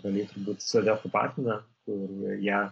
galėtų būti save tapatina kur ją